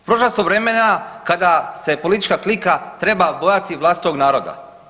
Prošla su vremena kada se politička klika treba bojati vlastitog naroda.